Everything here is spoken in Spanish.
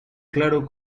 claro